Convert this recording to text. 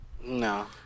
No